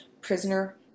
prisoner